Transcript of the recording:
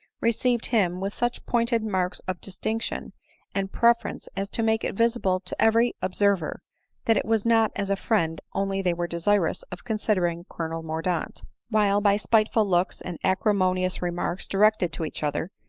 received him with such pointed marks of distinction and prefer ence, as to make it visible to every observer that it was not as a friend only they were desirous of considering colonel mordaunt while, by spiteful looks and acrimo nious remarks directed to each other,